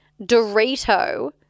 Dorito